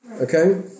Okay